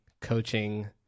coaching